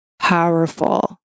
powerful